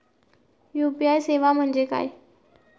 UPI सेवा म्हणजे काय?